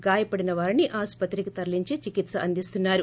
గాయపడిన వారిని ఆసుపత్రికి తరలించి చికిత్ప అందిస్తున్నారు